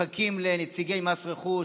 מחכים לנציגי מס רכוש.